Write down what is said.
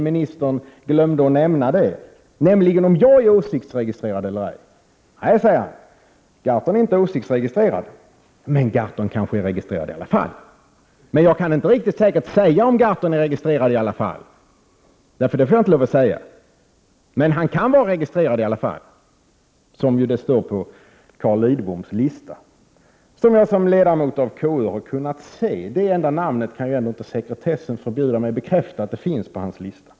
Ministern glömde att nämna det, nämligen om jag är åsiktsregistrerad eller ej. Nej, säger han, Gahrton är inte åsiktsregistrerad, men Gahrton kanske är registrerad i alla fall. Men ministern kan inte säkert säga om Gahrton är registrerad, eftersom han inte får lov att säga det. Men ministern säger alltså att Gahrton i alla fall kan vara registrerad, som det står i Carl Lidboms lista, det har jag som ledamot av KU kunnat se. Sekretessen kan ju inte förbjuda mig att bekräfta att detta namn finns på hans lista.